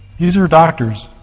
these are doctors,